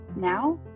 Now